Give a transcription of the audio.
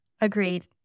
Agreed